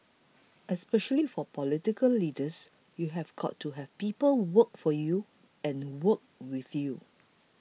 especially for political leaders you've got to have people work for you and work with you